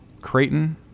Creighton